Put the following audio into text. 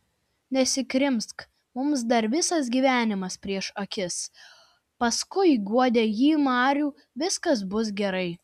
nesikrimsk mums dar visas gyvenimas prieš akis paskui guodė ji marių viskas bus gerai